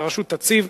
והרשות תציב,